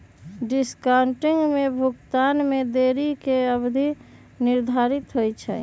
discounting में भुगतान में देरी के अवधि निर्धारित होइ छइ